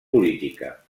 política